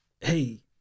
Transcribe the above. Hey